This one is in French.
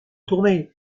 tournée